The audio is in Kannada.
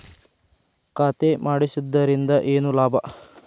ಖಾತೆ ಮಾಡಿಸಿದ್ದರಿಂದ ಏನು ಲಾಭ?